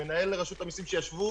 מנהל רשות המיסים, שישבו